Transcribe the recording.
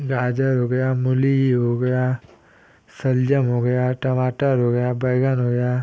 गाजर हो गया मूली ही हो गई शलज़म हो गया टमाटर हो गया बैंगन हो गया